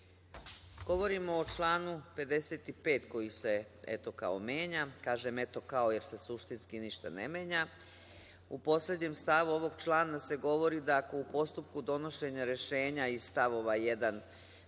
Govorim o članu 55. koji se eto kao menja. Kažem eto kao, jer se suštinski ništa ne menja. U poslednjem stavu ovog člana se govori da ako u postupku donošenja rešenja iz stavova 1.